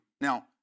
Now